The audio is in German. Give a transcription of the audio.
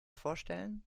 vorstellen